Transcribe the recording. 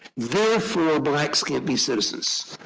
therefore, blacks can't be citizens.